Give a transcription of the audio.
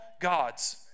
gods